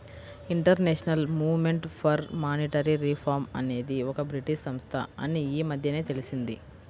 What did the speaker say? international movement for monetary reform అనేది ఒక British సంస్థ అని ఈ మధ్యనే తెలిసింది